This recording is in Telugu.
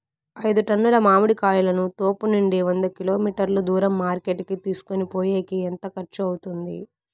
ఐదు టన్నుల మామిడి కాయలను తోపునుండి వంద కిలోమీటర్లు దూరం మార్కెట్ కి తీసుకొనిపోయేకి ఎంత ఖర్చు అవుతుంది?